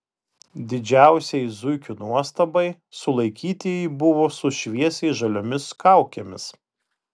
didžiausiai zuikių nuostabai sulaikytieji buvo su šviesiai žaliomis kaukėmis